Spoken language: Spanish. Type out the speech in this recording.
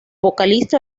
vocalista